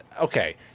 okay